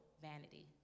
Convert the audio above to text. vanity